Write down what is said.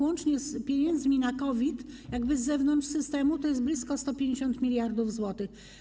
Łącznie z pieniędzmi na COVID z zewnątrz systemu to jest blisko 150 mld zł.